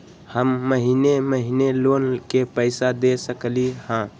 हम महिने महिने लोन के पैसा दे सकली ह?